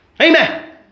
Amen